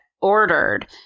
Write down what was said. ordered